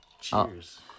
cheers